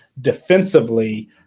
defensively